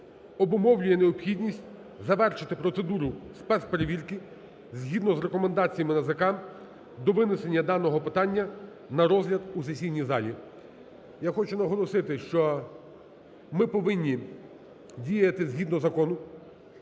обумовлює необхідність завершити процедуру спецперевірки, згідно з рекомендаціями НАЗК до винесення даного питання на розгляд у сесійній залі. Я хочу наголосити, що ми повинні діяти згідно закону,